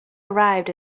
arrived